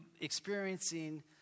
experiencing